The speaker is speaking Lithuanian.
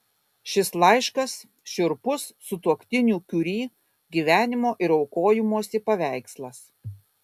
šis laiškas šiurpus sutuoktinių kiuri gyvenimo ir aukojimosi paveikslas